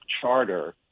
charter